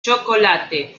chocolate